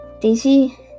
Daisy